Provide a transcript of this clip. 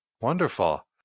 wonderful